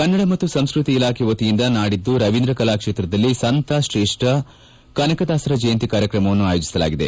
ಕನ್ನಡ ಮತ್ತು ಸಂಸ್ಕೃತಿ ಇಲಾಖೆ ವತಿಯಿಂದ ನಾಡಿದ್ದು ರವೀಂದ್ರ ಕಲಾಕ್ಷೇತ್ರದಲ್ಲಿ ಸಂತ ಶ್ರೇಷ್ಠ ಕನಕದಾಸರ ಜಯಂತಿ ಕಾರ್ಯಕ್ರಮವನ್ನು ಆಯೋಜಿಸಲಾಗಿದೆ